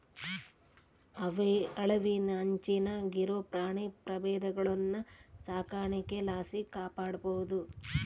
ಅಳಿವಿನಂಚಿನಾಗಿರೋ ಪ್ರಾಣಿ ಪ್ರಭೇದಗುಳ್ನ ಸಾಕಾಣಿಕೆ ಲಾಸಿ ಕಾಪಾಡ್ಬೋದು